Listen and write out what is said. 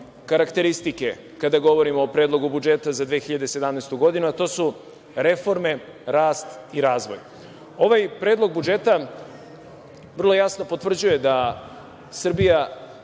karakteristike kada govorimo o Predlogu budžeta za 2017. godinu, a to su reforme, rast i razvoj. Ovaj Predlog budžeta vrlo jasno potvrđuje da Srbija